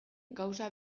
gauza